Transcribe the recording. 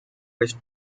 west